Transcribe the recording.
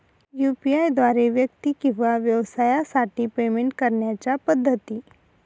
UPI द्वारे व्यक्ती किंवा व्यवसायांसाठी पेमेंट करण्याच्या पद्धती